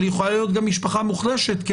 אבל היא יכולה להיות גם משפחה מוחלשת כי